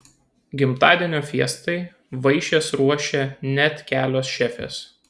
gimtadienio fiestai vaišes ruošė net kelios šefės